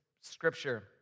scripture